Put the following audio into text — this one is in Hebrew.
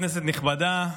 כנסת נכבדה,